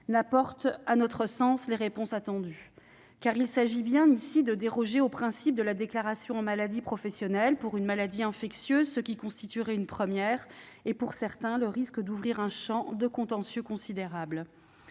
apporte, à notre sens, les réponses attendues. Car il s'agit bien ici de déroger au principe de la déclaration en maladie professionnelle pour une maladie infectieuse, ce qui constituerait une première et, pour certains, ouvrirait le risque à un champ de contentieux considérables.